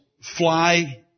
fly